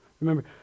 Remember